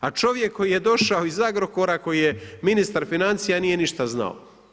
A čovjek koji je došao iz Agrokora koji je ministar financija nije ništa znao.